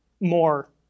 more